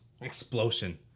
Explosion